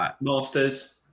Masters